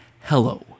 hello